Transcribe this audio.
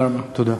תודה.